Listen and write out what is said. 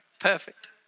Perfect